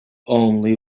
only